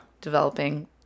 Developing